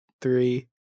three